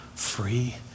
free